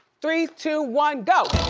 three, two, one, go!